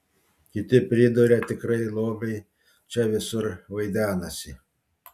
kiti priduria tikrai lobiai čia visur vaidenasi